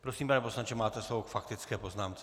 Prosím, pane poslanče, máte slovo k faktické poznámce.